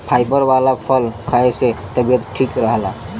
fibre वाला फल खाए से तबियत ठीक रहला